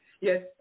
Yes